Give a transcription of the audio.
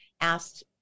asked